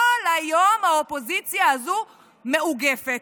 כל היום האופוזיציה הזו מאוגפת.